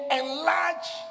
enlarge